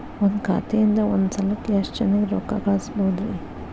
ಒಂದ್ ಖಾತೆಯಿಂದ, ಒಂದ್ ಸಲಕ್ಕ ಎಷ್ಟ ಜನರಿಗೆ ರೊಕ್ಕ ಕಳಸಬಹುದ್ರಿ?